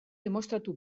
demostratu